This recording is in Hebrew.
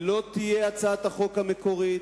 אני מודיע שהיא לא תהיה הצעת החוק המקורית,